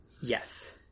Yes